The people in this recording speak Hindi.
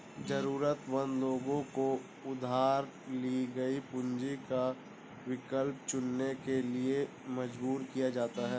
जरूरतमंद लोगों को उधार ली गई पूंजी का विकल्प चुनने के लिए मजबूर किया जाता है